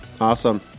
Awesome